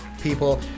people